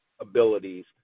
abilities